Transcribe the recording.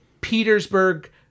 petersburg